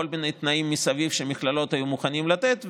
כל מיני תנאים מסביב שהמכללות היו מוכנות לתת,